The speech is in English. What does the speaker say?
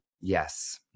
yes